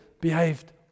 behaved